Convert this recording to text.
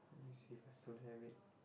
let me see if I still have it